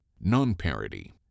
Non-parity